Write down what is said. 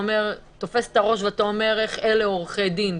אתה תופס את הראש ואתה אומר: איך אלה עורכי דין?